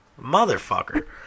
Motherfucker